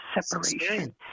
separation